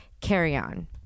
carry-on